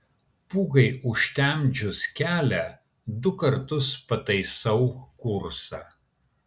pūgai užtemdžius kelią du kartus pataisau kursą